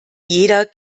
jeder